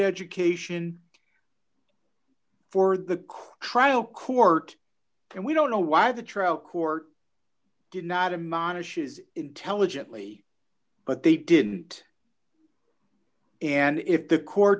education for the crile court and we don't know why the trial court did not a mohnish is intelligently but they didn't and if the court